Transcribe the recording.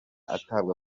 atabwa